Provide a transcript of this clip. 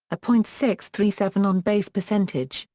a point six three seven on-base percentage,